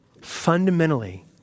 fundamentally